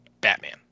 Batman